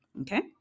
okay